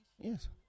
yes